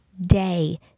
day